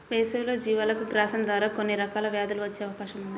వేసవిలో జీవాలకు గ్రాసం ద్వారా కొన్ని రకాల వ్యాధులు వచ్చే అవకాశం ఉంది